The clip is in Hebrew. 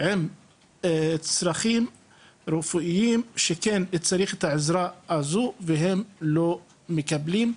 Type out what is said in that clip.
עם צרכים רפואיים שכן צריך את העזרה הזו והם לא מקבלים.